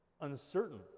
uncertain